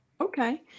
Okay